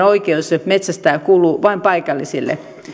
oikeus metsästää kansallispuistossa kuuluu vain paikallisille